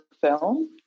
film